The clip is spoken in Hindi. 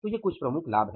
तो ये कुछ प्रमुख लाभ हैं